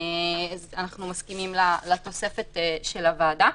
אנחנו מסכימים לתוספת של הוועדה.